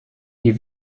ihr